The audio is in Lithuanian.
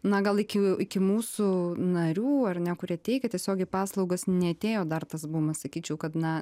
na gal iki iki mūsų narių ar ne kurie teikia tiesiogiai paslaugas neatėjo dar tas bumas sakyčiau kad na